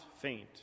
faint